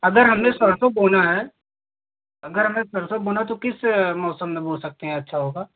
अगर हमें सरसों बोना है अगर हमें सरसों बोना है तो किस मौसम में बो सकते हैं अच्छा होगा